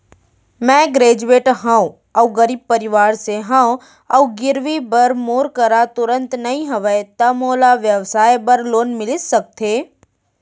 मैं ग्रेजुएट हव अऊ गरीब परवार से हव अऊ गिरवी बर मोर करा तुरंत नहीं हवय त मोला व्यवसाय बर लोन मिलिस सकथे?